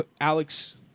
Alex